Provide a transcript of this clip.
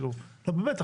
לא, באמת.